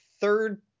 third